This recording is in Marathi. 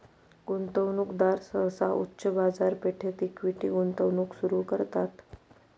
गुंतवणूकदार सहसा उच्च बाजारपेठेत इक्विटी गुंतवणूक सुरू करतात